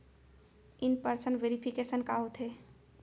In person verification का होथे?